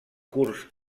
curs